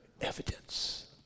evidence